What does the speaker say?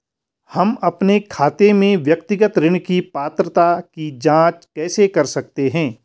हम अपने खाते में व्यक्तिगत ऋण की पात्रता की जांच कैसे कर सकते हैं?